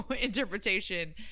interpretation